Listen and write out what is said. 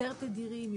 יותר תדירים,